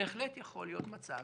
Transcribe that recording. בהחלט יכול להיות מצב